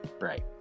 Right